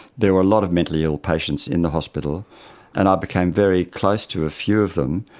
there were a lot of mentally ill patients in the hospital and i became very close to a few of them.